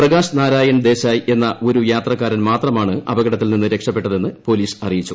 പ്രകാശ് നാരായണൻ ദേശായ് എന്ന ഒരു യാത്രക്കാരൻ മാത്രമാണ് അപകടത്തിൽ നിന്ന് രക്ഷപ്പെട്ടതെന്ന് പോലീസ് അറിയിച്ചു